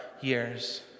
years